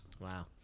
wow